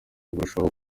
barushaho